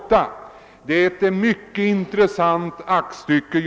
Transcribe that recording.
Det är mycket intressanta aktstycken.